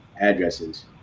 addresses